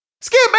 Skip